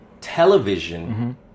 television